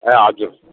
ए हजुर